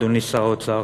אדוני שר האוצר.